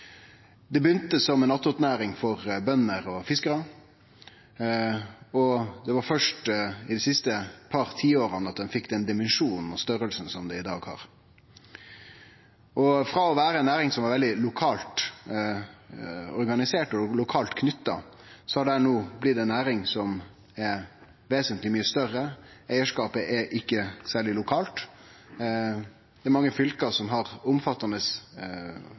Det begynte som ei attåtnæring for bønder og fiskarar, og det er først dei siste par tiåra ho har fått den dimensjonen og størrelsen som ho har i dag. Frå å vere ei næring som var veldig lokalt organisert og knytt til det lokale, har ho blitt ei næring som er vesentleg mykje større, og eigarskapet er ikkje særleg lokalt – det er mange fylke som har